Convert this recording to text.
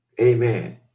Amen